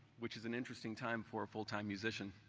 which is an interesting time for a full-time musician